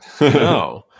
No